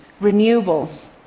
renewables